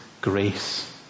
grace